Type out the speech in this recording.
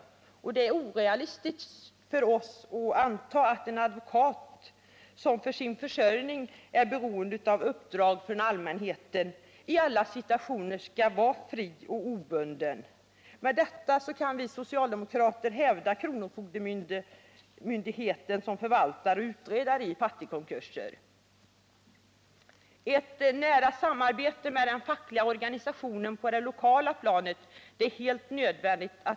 Vi anser det orealistiskt att tro att en advokat som för sin försörjning är beroende av uppdrag från allmänheten i alla situationer skulle vara fri och obunden. Vi socialdemokrater hävdar alltså att kronofogdemyndigheten är lämpligast som förvaltare och utredare av fattigkonkurser. Ett nära samarbete med den fackliga organisationen på det lokala planet är helt nödvändigt.